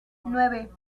nueve